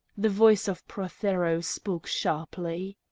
the voice of prothero spoke sharply